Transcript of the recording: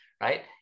right